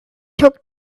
took